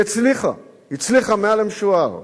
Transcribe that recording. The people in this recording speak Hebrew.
היא הצליחה, הצליחה מעל המשוער.